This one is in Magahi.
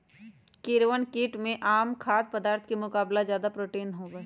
कीड़वन कीट में आम खाद्य पदार्थ के मुकाबला ज्यादा प्रोटीन होबा हई